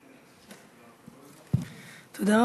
תודה.